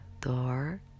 door